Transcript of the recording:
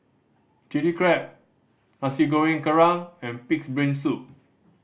Chili Crab Nasi Goreng Kerang and Pig's Brain Soup